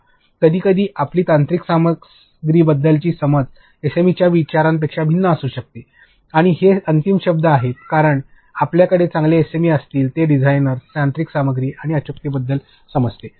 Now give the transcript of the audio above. कारण कधीकधी आपली तांत्रिक सामग्रीबद्दलची समज एसएमईच्या विचारांपेक्षा भिन्न असू शकते आणि ते अंतिम शब्द आहेत कारण आपल्याला आपले एसएमई सांगतील ते डिझाइन तांत्रिक सामग्री आणि अचूकतेबद्दल समजते